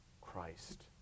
Christ